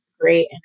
great